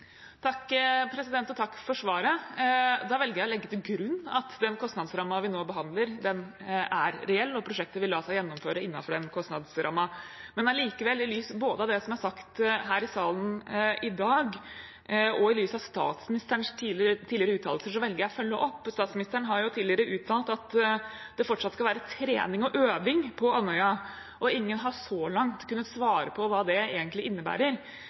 vi nå behandler, er reell, og at prosjektet vil la seg gjennomføre innenfor den kostnadsrammen. Men allikevel, i lys av det som er sagt her i salen i dag, og i lys av statsministerens tidligere uttalelser, velger jeg å følge opp. Statsministeren har tidligere uttalt at det fortsatt skal være trening og øving på Andøya. Ingen har så langt kunnet svare på hva det egentlig innebærer,